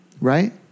right